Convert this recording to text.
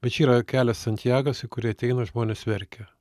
bet čia yra kelias santjagas į kurį ateina žmonės verkia